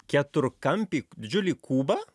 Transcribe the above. keturkampį didžiulį kubą